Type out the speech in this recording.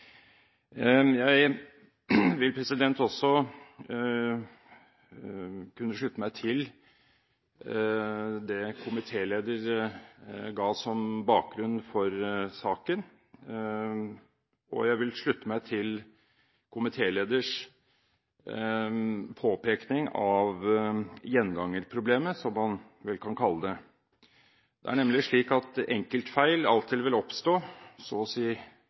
Jeg vil også kunne slutte meg til det komitélederen ga som bakgrunn for saken, og jeg vil slutte meg til komitélederens påpekning av gjengangerproblemet, som man vel kan kalle det. Det er nemlig slik at enkeltfeil alltid vil oppstå, så å si